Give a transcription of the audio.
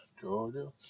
Georgia